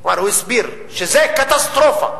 כלומר הוא הסביר שזה קטסטרופה,